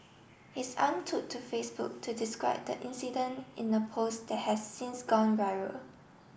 his aunt took to Facebook to describe the incident in a post that has since gone viral